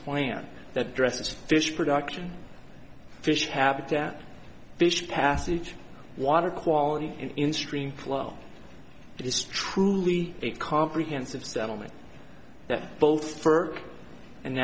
plan that dresses fish production fish habitat fish passage water quality in stream flow it is truly a comprehensive settlement that both for an